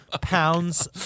pounds